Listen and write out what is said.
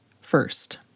first